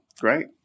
Great